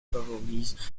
favorisent